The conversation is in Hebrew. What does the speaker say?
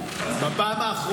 פעם.